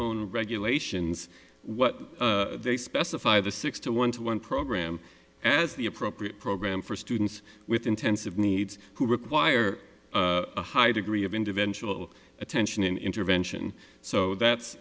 own regulations what they specify the six to one to one program as the appropriate program for students with intensive needs who require a high degree of individual attention in intervention so